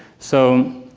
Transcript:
so